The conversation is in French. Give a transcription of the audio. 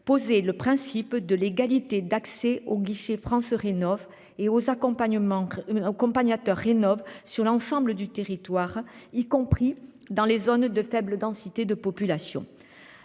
poser le principe de l'égalité d'accès au guichet France rénove et aux accompagnement. Accompagnateur rénovent sur l'ensemble du territoire, y compris dans les zones de faible densité de population,